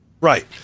Right